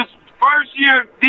first-year